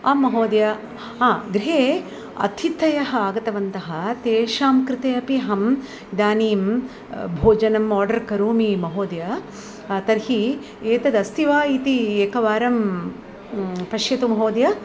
आम् महोदय हा गृहे अतिथयः आगतवन्तः तेषां कृते अपि अहम् इदानीं भोजनम् आर्डर् करोमि महोदय तर्हि एतद् अस्ति वा इति एकवारं पश्यतु महोदय